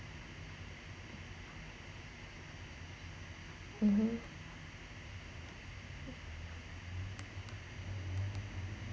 (uh huh)